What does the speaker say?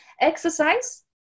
exercise